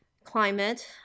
climate